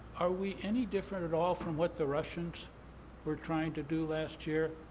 are we any different at all from what the russians were trying to do last year?